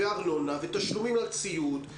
ארנונה ותשלומים על ציוד.